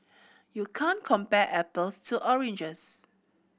you can't compare apples to oranges